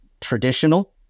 traditional